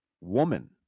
woman